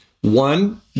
one